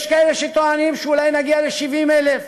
יש כאלה שטוענים שאולי נגיע ל-70,000.